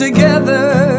Together